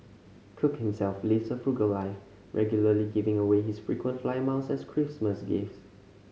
cook himself lives a frugal life regularly giving away his frequent flyer miles as Christmas gifts